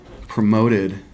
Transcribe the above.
promoted